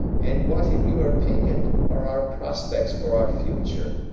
and what, in your opinion, are our prospects for our future.